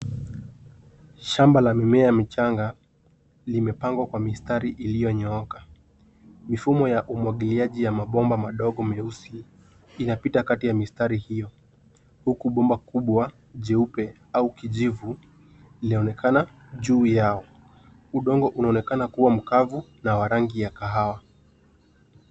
Shamba la mimea michanga limepangwa kwa mistari iliyonyooka. Mifumo ya umwagiliaji ya mabomba madogo meusi inapita kati ya mistari hiyo huku bomba kubwa, jeupe au kijivu linaonekana juu yao. Udongo unaonekana kuwa mkavu na wa rangi ya kahawa.